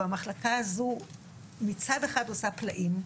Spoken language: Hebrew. והמחלקה הזו מצד אחד עושה פלאים,